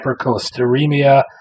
hypercholesteremia